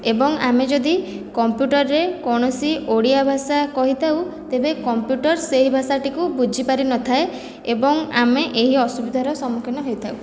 ଏବଂ ଆମେ ଯଦି କମ୍ପ୍ୟୁଟରରେ କୌଣସି ଓଡ଼ିଆ ଭାଷା କହିଥାଉ ତେବେ କମ୍ପ୍ୟୁଟର ସେହି ଭାଷାଟିକୁ ବୁଝିପାରିନଥାଏ ଏବଂ ଆମେ ଏହି ଅସୁବିଧାର ସମ୍ମୁଖୀନ ହୋଇଥାଉ